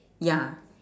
ya